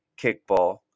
kickball